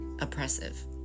oppressive